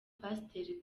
pasiteri